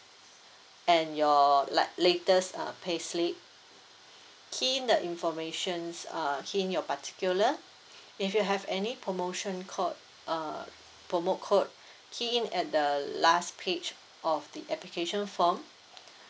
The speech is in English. and your like latest uh payslip key in the information uh key in your particular if you have any promotion code uh promo code key in at the the last page of the application form